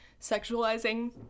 sexualizing